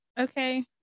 okay